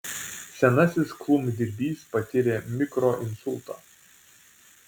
senasis klumpdirbys patyrė mikroinsultą